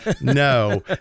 no